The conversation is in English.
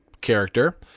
character